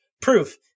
Proof